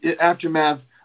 aftermath